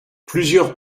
plusieurs